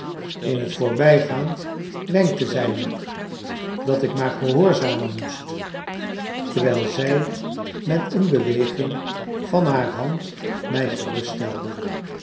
in het voorbijgaan wenkte zij me dat ik maar gehoorzamen moest terwijl zij met een beweging van haar hand mij